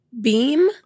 Beam